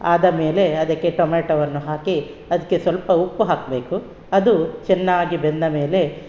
ಆದ ಮೇಲೆ ಅದಕ್ಕೆ ಟೊಮೇಟೊವನ್ನು ಹಾಕಿ ಅದಕ್ಕೆ ಸ್ವಲ್ಪ ಉಪ್ಪು ಹಾಕಬೇಕು ಅದು ಚೆನ್ನಾಗಿ ಬೆಂದ ಮೇಲೆ